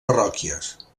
parròquies